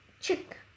chick